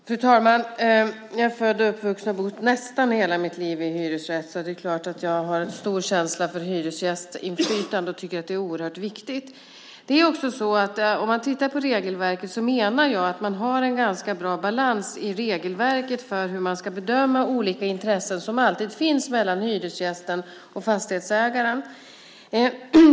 Fru talman! Jag är född, uppvuxen och har bott nästan hela mitt liv i hyresrätt så det är klart att jag har en stor känsla för hyresgästinflytande och tycker att det är oerhört viktigt. Vi kan se att det är en ganska bra balans i regelverket när det gäller hur man ska bedöma olika intressen, som det alltid finns mellan hyresgästen och fastighetsägaren.